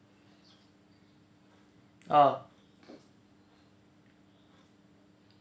ah